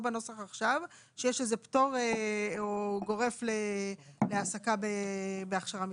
בנוסח עכשיו שיש פטור גורף להעסקה בהכשרה מקצועית.